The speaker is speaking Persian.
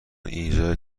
ایجاد